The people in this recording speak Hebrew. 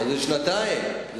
זה לשנתיים.